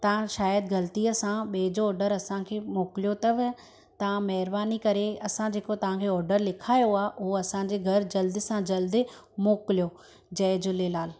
तव्हां शायद ग़लतीअ सां ॿिए जो ऑडर असांखे मोकिलियो अथव तव्हां महिरबानी करे असां जेको तव्हांखे ऑडर लिखायो आहे उहो असांजे घर जल्दि सां जल्दि मोकिलियो जय झूलेलाल